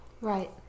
Right